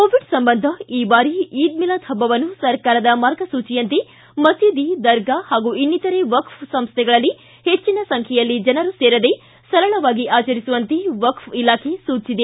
Covid ಸಂಬಂಧ ಈ ಬಾರಿ ಈದ್ ಮಿಲಾದ್ ಹಬ್ಬವನ್ನು ಸರ್ಕಾರದ ಮಾರ್ಗಸೂಚಿಯಂತೆ ಮಸೀದಿ ದರ್ಗಾ ಪಾಗೂ ಇನ್ನಿತರೆ ವಕ್ಕ್ ಸಂಸ್ಥೆಗಳಲ್ಲಿ ಹೆಚ್ಚಿನ ಸಂಖ್ಯೆಯಲ್ಲಿ ಜನರು ಸೇರದೇ ಸರಳವಾಗಿ ಆಚರಿಸುವಂತೆ ವಕ್ಕ್ ಇಲಾಖೆ ಸೂಚಿಸಿದೆ